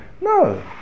No